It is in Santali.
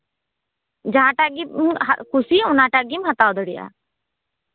ᱡᱟᱦᱟᱸᱴᱟᱜ ᱜᱮᱢ ᱠᱩᱥᱤᱭᱟᱜ ᱚᱱᱟᱴᱟᱜ ᱜᱮᱢ ᱦᱟᱛᱟᱣ ᱫᱟᱲᱮᱭᱟᱜᱼᱟ